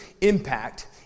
impact